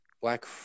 Black